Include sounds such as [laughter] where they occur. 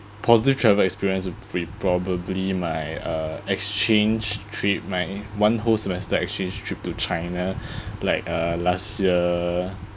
positive travel experience would be probably my uh exchange trip my one whole semester exchange trip to china [breath] like uh last year